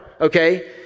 okay